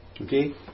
Okay